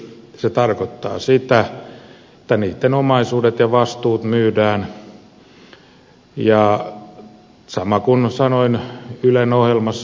se tarkoittaa sitä että niitten omaisuudet ja vastuut myydään ja sama kuin mitä sanoin ylen ohjelmassa lauantaina